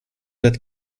that